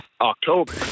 October